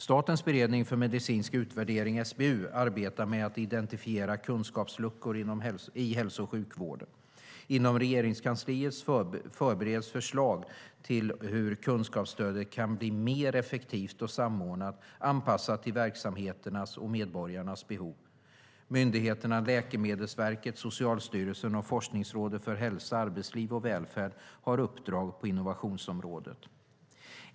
Statens beredning för medicinsk utvärdering, SBU, arbetar med att identifiera kunskapsluckor i hälso och sjukvården. Inom Regeringskansliet förbereds förslag till hur kunskapsstödet kan bli mer effektivt, samordnat och anpassat till verksamheternas och medborgarnas behov. Myndigheterna Läkemedelsverket, Socialstyrelsen och Forskningsrådet för hälsa, arbetsliv och välfärd har uppdrag på innovationsområdet.